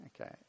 okay